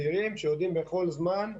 בכל זמן,